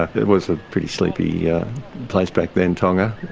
it was a pretty sleepy yeah place back then, tonga.